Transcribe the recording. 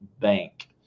bank